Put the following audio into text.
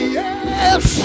yes